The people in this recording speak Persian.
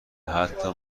حتی